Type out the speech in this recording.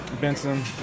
Benson